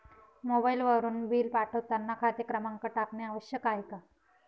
मोबाईलवरून बिल पाठवताना खाते क्रमांक टाकणे आवश्यक आहे का?